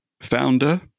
founder